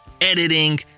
editing